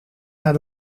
naar